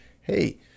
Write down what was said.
hey